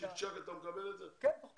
אתה מקבל את זה מיד?